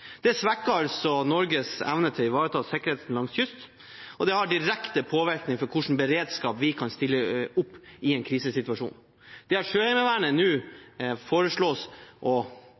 Det svekker altså Norges evne til å ivareta sikkerheten langs kysten, og det har direkte påvirkning på hva slags beredskap vi kan stille opp i en krisesituasjon. Det at Sjøheimevernet nå egentlig foreslås